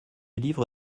livre